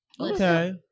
okay